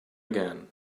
again